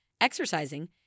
exercising